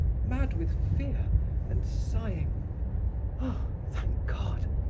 mad with fear and sighing ah! thank god,